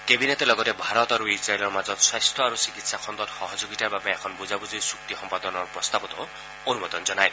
কেবিনেটে লগতে ভাৰত আৰু ইজৰাইলৰ মাজত স্বাস্থ্য আৰু চিকিৎসাখণ্ডত সহযোগিতাৰ বাবে এখন বুজাবুজিৰ চুক্তি সম্পাদনৰ প্ৰস্তাৱত অনুমোদন জনায়